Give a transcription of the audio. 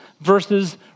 versus